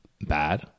bad